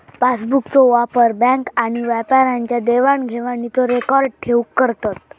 पासबुकचो वापर बॅन्क आणि व्यापाऱ्यांच्या देवाण घेवाणीचो रेकॉर्ड ठेऊक करतत